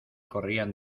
corrían